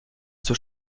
zur